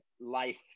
life